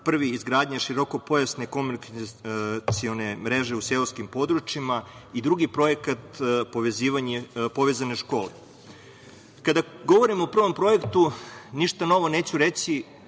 prvi izgradnja širokopojasne komunikacione mreže u seoskim područjima i drugi projekat „Povezane škole“.Kada govorim o prvom projektu, ništa novo neću reći,